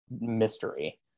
mystery